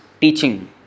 teaching